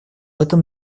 этом